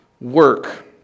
work